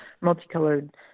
multicolored